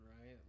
right